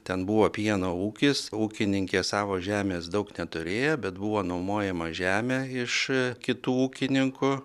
ten buvo pieno ūkis ūkininkė savos žemės daug neturėjo bet buvo nuomojama žemė iš kitų ūkininkų